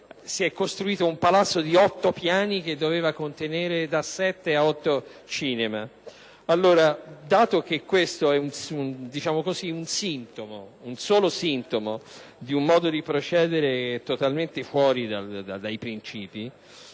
si è costruito un palazzo di otto piani che doveva contenere da sette a otto cinema. Dato che questo è un sintomo, diciamo così, di un modo di procedere totalmente fuori dai principi,